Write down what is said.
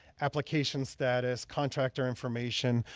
application status, contractor information,